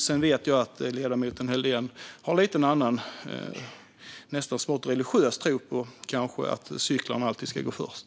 Jag vet dock att ledamoten Helldén har en lite annan, smått religiös, tro på att cyklarna alltid ska gå först.